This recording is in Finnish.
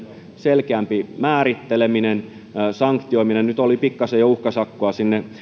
selkeämpi määritteleminen ja sanktioiminen nyt oli pikkasen jo uhkasakkoa sinne